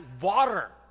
water